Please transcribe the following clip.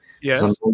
Yes